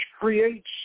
creates